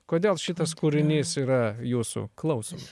kodėl šitas kūrinys yra jūsų klausomas